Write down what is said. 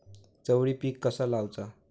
चवळी पीक कसा लावचा?